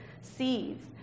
seeds